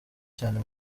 cyane